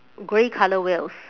grey colour wheels